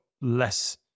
less